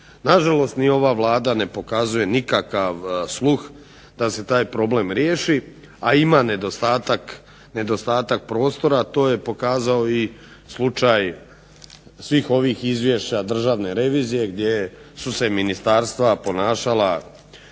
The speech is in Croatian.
Na žalost ni ova vlada ne pokazuje nikakav sluh da se taj problem riješi, a ima nedostatak prostora a to je pokazao i slučaj svih ovih izvješća državne revizije gdje su se ministarstva ponašala